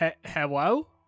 hello